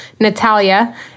Natalia